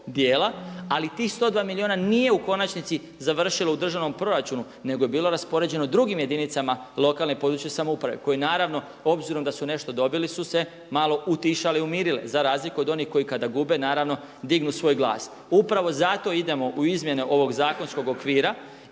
ali tih 102 milijuna nije u konačnici završilo u državnom proračunu nego je bilo raspoređeno drugim jedinicama lokalne i područne samouprave koje naravno obzirom da su nešto dobili su se malo utišale i umirile za razliku od onih koji kada gube dignu svoj glas. Upravo zato idemo u izmjene ovog zakonskog okvira